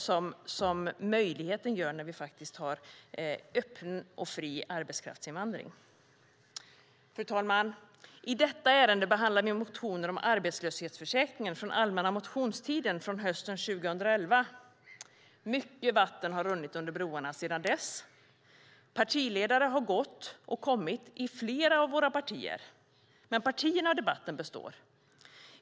De ser inte möjligheterna med en öppen och fri arbetskraftsinvandring. Fru talman! I detta ärende behandlar vi motioner om arbetslöshetsförsäkringen från allmänna motionstiden hösten 2011. Mycket vatten har runnit under broarna sedan dess. Partiledare har gått och kommit i flera av våra partier. Men partierna och debatten består.